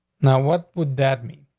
now what would dad me?